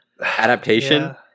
adaptation